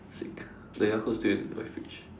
sick the Yakult still in my fridge